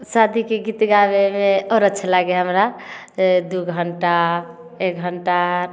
शादीके गीत गाबैमे आओर अच्छा लागै हइ हमरा दुइ घण्टा एक घण्टा